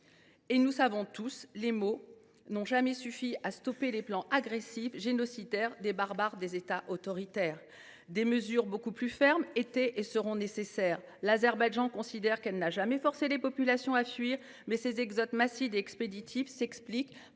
Or, nous le savons tous, les mots n’ont jamais suffi à stopper les plans agressifs, génocidaires et barbares des États autoritaires. Des mesures beaucoup plus fermes étaient et seront nécessaires. L’Azerbaïdjan considère qu’elle n’a jamais forcé les populations à fuir, mais ces exodes expéditifs s’expliquent